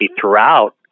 throughout